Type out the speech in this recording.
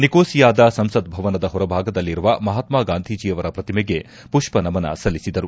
ನಿಕೋಸಿಯಾದ ಸಂಸತ್ ಭವನದ ಹೊರಭಾಗದಲ್ಲಿರುವ ಮಹಾತ್ಮ ಗಾಂಧೀಜಿಯವರ ಪ್ರತಿಮೆಗೆ ಪುಷ್ಪ ನಮನ ಸಲ್ಲಿಸಿದರು